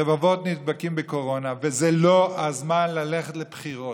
רבבות נדבקים בקורונה, זה לא הזמן ללכת לבחירות.